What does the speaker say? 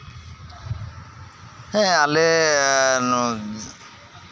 ᱦᱮᱸ ᱟᱞᱮ ᱱᱚᱫ ᱱᱚᱫᱤ